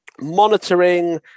monitoring